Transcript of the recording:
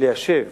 ליישב